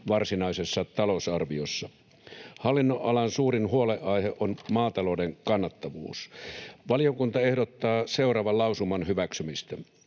varsinaisessa talousarviossa. Hallinnonalan suurin huolenaihe on maatalouden kannattavuus. Valiokunta ehdottaa seuraavan lausuman hyväksymistä: